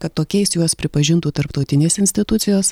kad tokiais juos pripažintų tarptautinės institucijos